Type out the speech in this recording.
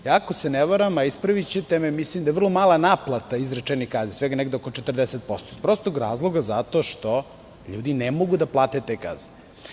Ako se ne varam, a ispravićete me, mislim da je vrlo mala naplata izrečenih kazni, svega negde oko 40%, iz prostog razloga što ljudi ne mogu da plate te kazne.